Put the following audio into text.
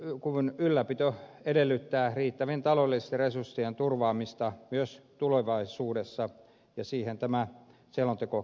puolustuskyvyn ylläpito edellyttää riittävien taloudellisten resurssien turvaamista myös tulevaisuudessa ja siihen tämä selonteko kyllä vastaa